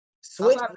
Switch